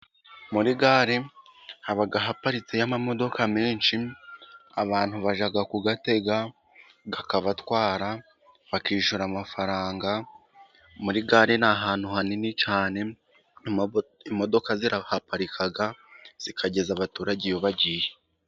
Muri gare haba haparitseyo amamodoka menshi, abantu bajya kuyatega, akabatwara, bakishyura amafaranga, muri gare ni ahantu hanini cyane, imodoka zirahaparika, zikageza abaturage iyo bagiye.